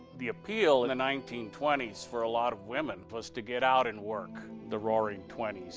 the appeal in the nineteen twenty s for a lot of women was to get out and work the roaring twenty s,